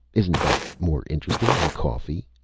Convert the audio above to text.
isn't that more interesting than coffee?